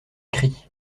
cri